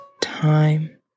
time